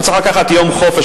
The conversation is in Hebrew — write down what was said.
הוא צריך לקחת יום חופש,